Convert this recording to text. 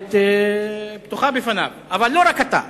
בהחלט פתוחה לפניו, אבל לא רק אתה,